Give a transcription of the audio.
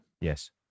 Yes